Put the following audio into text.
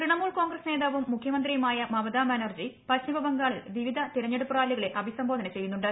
തൃണമൂൽ കോൺഗ്രസ് നേതാവും മുഖ്യമന്ത്രിയുമായ മമതാ ബാനർജി പശ്ചിമ ബംഗാളിൽ വിവിധ തിരഞ്ഞെടുപ്പ് റാലികളെ അഭിസംബോധന ചെയ്യുന്നുണ്ട്